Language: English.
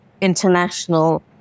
international